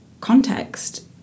context